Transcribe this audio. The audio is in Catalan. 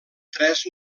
tres